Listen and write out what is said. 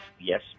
yes